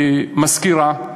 מזכירה,